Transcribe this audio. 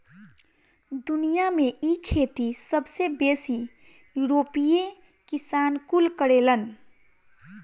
दुनिया में इ खेती सबसे बेसी यूरोपीय किसान कुल करेलन